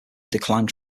declined